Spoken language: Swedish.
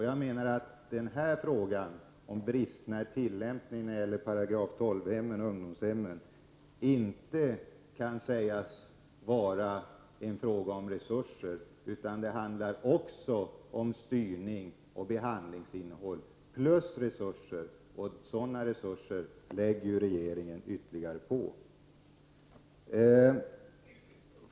Jag menar att frågan om bristerna i tillämpningen av lagen om § 12-hemmen, ungdomshemmen, inte kan sägas vara en fråga om resurser. Det handlar också om styrning och behandlingsinnehåll, plus resurser. Ytterligare resurser av det slaget lägger regeringen till.